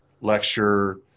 lecture